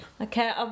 Okay